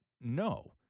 no